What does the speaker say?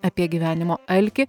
apie gyvenimo alkį